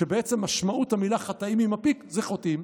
ובעצם משמעות המילה "חטאים" עם מפיק זה חוטאים.